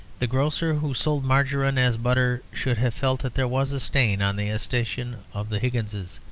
the grocer who sold margarine as butter should have felt that there was a stain on the escutcheon of the higginses.